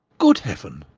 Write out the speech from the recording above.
good heaven!